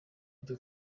byo